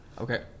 Okay